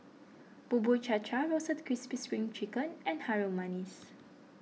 Bubur Cha Cha Roasted Crispy Spring Chicken and Harum Manis